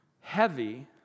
heavy